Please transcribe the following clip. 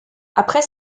après